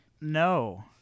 No